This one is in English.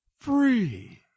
Free